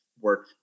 work